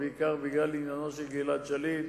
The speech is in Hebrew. ובעיקר בגלל עניינו של גלעד שליט,